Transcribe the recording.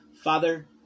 Father